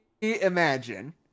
imagine